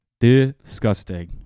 Disgusting